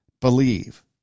Believe